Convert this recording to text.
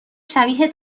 شبیه